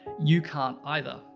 you can't either.